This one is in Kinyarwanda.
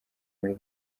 muri